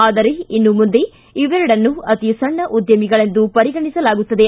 ಆದರೆ ಇನ್ನು ಮುಂದೆ ಇವೆರಡನ್ನು ಅತೀ ಸಣ್ಣ ಉದ್ದಿಮೆಗಳೆಂದು ಪರಿಗಣಿಸಲಾಗುತ್ತದೆ